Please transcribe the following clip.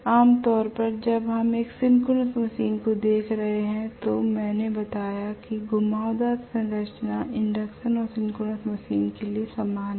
आम तौर पर जब हम एक सिंक्रोनस मशीन को देख रहे होते हैं तो मैंने आपको बताया कि घुमावदार संरचना इंडक्शन और सिंक्रोनस मशीन के लिए समान हैं